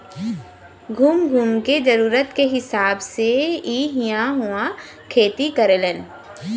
घूम घूम के जरूरत के हिसाब से इ इहां उहाँ खेती करेलन